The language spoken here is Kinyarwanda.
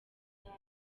nabi